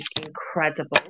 incredible